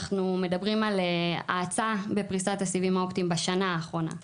אנחנו מדברים על האצה בפריסת הסיבים האופטיים בשנה האחרונה.